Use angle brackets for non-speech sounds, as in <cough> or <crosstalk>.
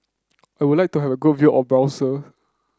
I would like to have a good view of <unintelligible>